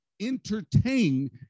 entertain